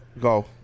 Go